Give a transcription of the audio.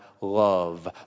love